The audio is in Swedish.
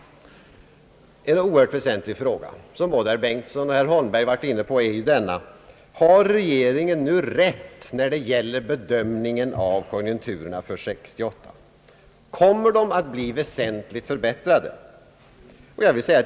En oerhört väsentlig fråga, som både herr Bengtson och herr Holmberg var inne på, är denna: Har regeringen nu rätt när det gäller bedömningen av konjunkturerna för 1968? Kommer dessa att bli väsentligt förbättrade?